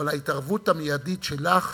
אבל ההתערבות המיידית שלך